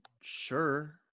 sure